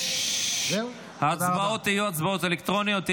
ההצבעות יהיו הצבעות אלקטרוניות.